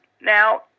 Now